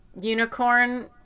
unicorn